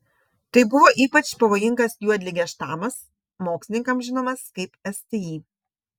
tai buvo ypač pavojingas juodligės štamas mokslininkams žinomas kaip sti